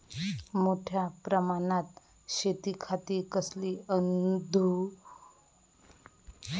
मोठ्या प्रमानात शेतिखाती कसली आधूनिक पद्धत वापराची?